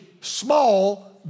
small